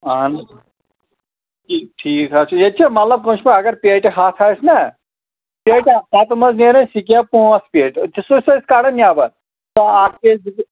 اَہَن حظ ٹھیٖک حظ چھُ ییٚتہِ چھا مطلب کٲشِرۍ پٲٹھۍ پیٹہِ ہَتھ آسہِ نا پیٹہِ ہتھ منٛزٕ نیریَس سِکیب پانٛژ پیٹہِ سُہ چھِ أسۍ کڈان نیٚبر آ اکھ پیٖٹ دِژٕکھ